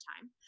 time